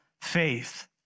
faith